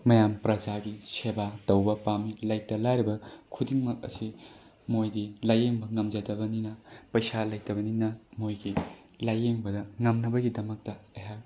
ꯃꯌꯥꯝ ꯄ꯭ꯔꯖꯥꯒꯤ ꯁꯦꯕꯥ ꯇꯧꯕ ꯄꯥꯝꯃꯤ ꯂꯩꯇ ꯂꯥꯏꯔꯕ ꯈꯨꯗꯤꯡꯃꯛ ꯑꯁꯤ ꯃꯣꯏꯗꯤ ꯂꯥꯏꯌꯦꯡꯕ ꯉꯝꯖꯗꯕꯅꯤꯅ ꯄꯩꯁꯥ ꯂꯩꯇꯕꯅꯤꯅ ꯃꯣꯏꯒꯤ ꯂꯥꯏꯌꯦꯡꯕꯗ ꯉꯝꯅꯕꯒꯤꯗꯃꯛꯇ ꯑꯩꯍꯥꯛ